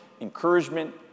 encouragement